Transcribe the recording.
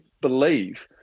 believe